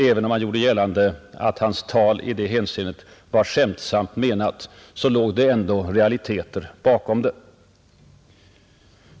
Även om han gjorde gällande att hans tal i det hänseendet var skämtsamt menat låg det ändå realiteter bakom det.